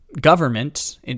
government